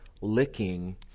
licking